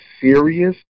serious